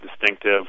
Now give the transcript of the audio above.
distinctive